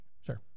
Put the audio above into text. Sure